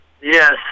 Yes